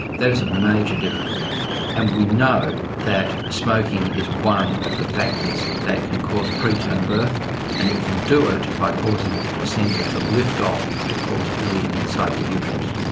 that is a major difference and we know that smoking is one of the factors that can cause preterm birth and it can do it by causing the placenta to lift off and to cause bleeding inside the uterus.